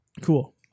cool